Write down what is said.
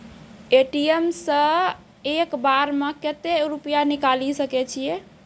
ATM सऽ एक बार म कत्तेक रुपिया निकालि सकै छियै?